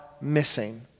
missing